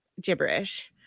gibberish